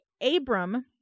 Abram